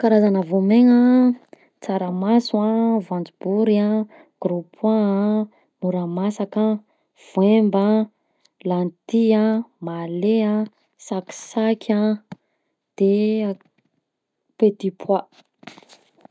Karazana voamegna: tsaramaso an, voanjobory a, gros pois a, moramasaka a, voemba, lentille a, mahale a, sakisaky a de petit pois.